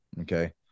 okay